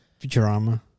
Futurama